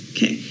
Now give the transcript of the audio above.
Okay